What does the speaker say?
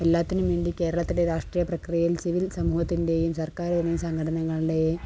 എല്ലാറ്റിനും വേണ്ടി കേരളത്തിൻ്റെ രാഷ്ട്രീയ പ്രക്രിയയിൽ സിവിൽ സമൂഹത്തിൻ്റെയും സർക്കാർ എന്നീ സംഘടനകളുടെയും ഒക്കെ